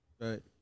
Right